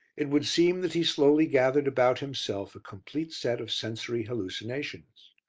it would seem that he slowly gathered about himself a complete set of sensory hallucinations.